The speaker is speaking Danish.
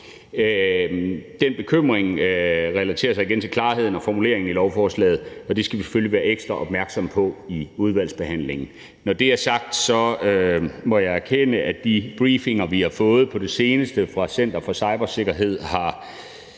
Den bekymring relaterer sig igen til klarheden og formuleringen i lovforslaget, og det skal vi selvfølgelig være ekstra opmærksomme på i udvalgsbehandlingen. Når det er sagt, må jeg erkende, at de briefinger, vi har fået på det seneste fra Center for Cybersikkerhed, har